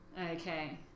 okay